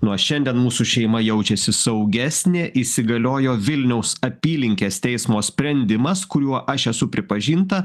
nuo šiandien mūsų šeima jaučiasi saugesnė įsigaliojo vilniaus apylinkės teismo sprendimas kuriuo aš esu pripažinta